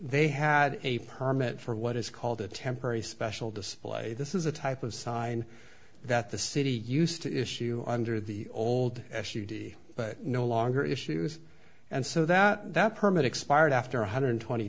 they had a permit for what is called a temporary special display this is a type of sign that the city used to issue under the old s u v but no longer issues and so that that permit expired after one hundred twenty